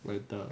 like the